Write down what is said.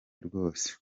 rwose